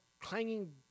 clanging